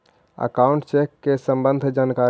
Account check के सम्बन्ध जानकारी?